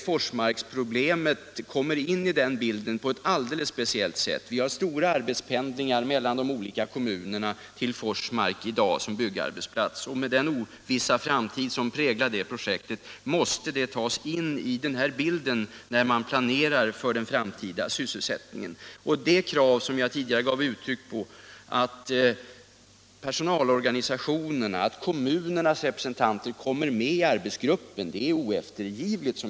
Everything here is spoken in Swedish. Forsmarks problem kommer in i den bilden på ett alldeles speciellt sätt. Omfattande pendlingar sker från de olika kommunerna till Forsmark såsom byggarbetsplats. Den ovisshet som präglar det projektet måste tas in i bilden, när man planerar för den framtida sysselsättningen. Det krav som jag tidigare gav uttryck för, nämligen att personalorganisationerna och kommunernas representanter kommer med i arbetsgruppen, är oeftergivligt.